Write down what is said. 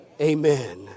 amen